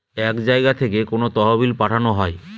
এক জায়গা থেকে কোনো তহবিল পাঠানো হয়